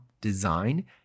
design